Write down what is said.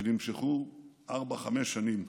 שנמשכו ארבע-חמש שנים.